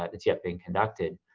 it's yet being conducted.